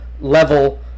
level